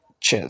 Cheers